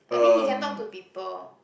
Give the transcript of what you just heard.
I mean he can talk to people